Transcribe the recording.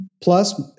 Plus